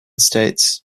states